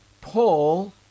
Paul